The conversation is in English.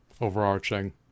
overarching